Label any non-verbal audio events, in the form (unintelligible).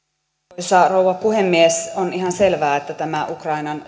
arvoisa rouva puhemies on ihan selvää että tämä ukrainan (unintelligible)